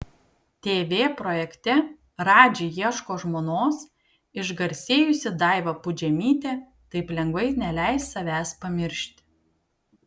tv projekte radži ieško žmonos išgarsėjusi daiva pudžemytė taip lengvai neleis savęs pamiršti